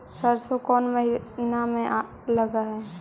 सरसों कोन महिना में लग है?